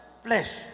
flesh